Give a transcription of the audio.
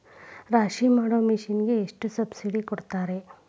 ರಾಶಿ ಮಾಡು ಮಿಷನ್ ಗೆ ಎಷ್ಟು ಸಬ್ಸಿಡಿ ಕೊಡ್ತಾರೆ?